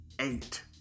eight